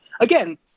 Again